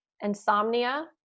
insomnia